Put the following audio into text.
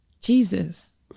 Jesus